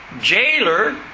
Jailer